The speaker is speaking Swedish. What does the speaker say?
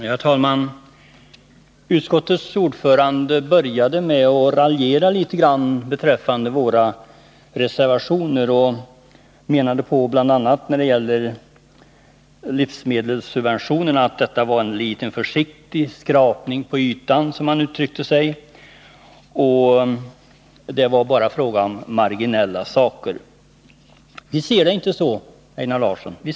Herr talman! Utskottets ordförande började med att raljera litet grand beträffande våra reservationer. Bl. a. menade han rörande livsmedelssubventionerna att detta var en litet försiktig skrapning på ytan, som han uttryckte sig. Enligt hans mening var det bara fråga om marginella ting. Visser det inte på det sättet, Einar Larsson.